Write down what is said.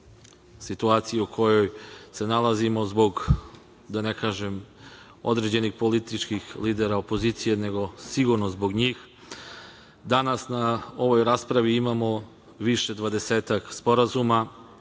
situacije u kojoj se nalazimo zbog, da ne kažem, određenih političkih lidera opozicije, nego sigurno zbog njih. Danas na ovoj raspravi imamo više od dvadesetak sporazuma.